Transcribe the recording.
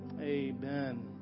Amen